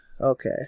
Okay